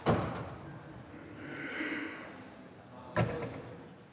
Tak